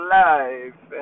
life